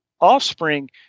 offspring